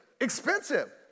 expensive